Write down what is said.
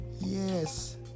Yes